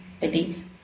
belief